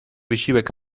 wysiłek